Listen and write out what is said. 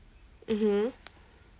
mmhmm